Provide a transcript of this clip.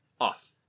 Off